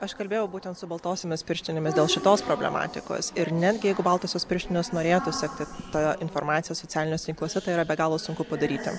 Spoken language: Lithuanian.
aš kalbėjau būtent su baltosiomis pirštinėmis dėl šitos problematikos ir netgi jeigu baltosios pirštinės norėtų sekti tą informaciją socialiniuose tinkluose tai yra be galo sunku padaryti